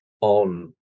on